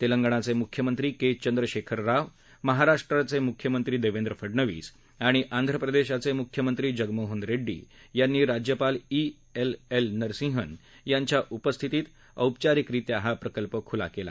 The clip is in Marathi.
तेलगणाचमुख्यमंत्री का चंद्रशक्तर राव महाराष्ट्राच प्रिख्यमंत्री दर्षेंद्रे फडनवीस आणि आंध्रप्रदर्धीचचिुख्यमंत्री जगनमोहन रह्क्वी यांनी राज्यपाल ई एस एल नरसिंहन यांच्या उपस्थितीत औपचारिक रित्या हा प्रकल्प खुला केला